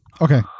Okay